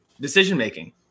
decision-making